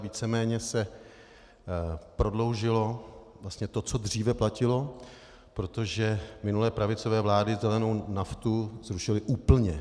Víceméně se prodloužilo to, co dříve platilo, protože minulé pravicové vlády zelenou naftu zrušily úplně.